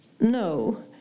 no